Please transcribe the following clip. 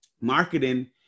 marketing